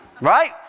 Right